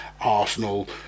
Arsenal